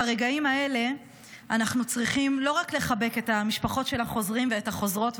ברגעים האלה אנחנו צריכים לא רק לחבק את המשפחות של החוזרים והחוזרות,